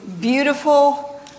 beautiful